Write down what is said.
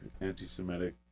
anti-semitic